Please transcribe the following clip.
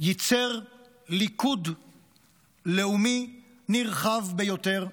ייצר ליכוד לאומי נרחב ביותר,